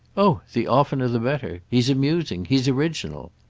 oh the oftener the better he's amusing he's original.